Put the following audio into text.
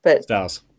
Stars